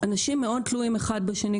אנשים מאוד תלויים אחד בשני.